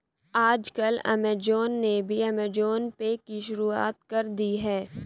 आजकल ऐमज़ान ने भी ऐमज़ान पे की शुरूआत कर दी है